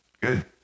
Good